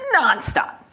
Nonstop